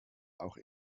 auch